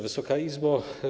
Wysoka Izbo!